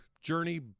journey